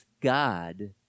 God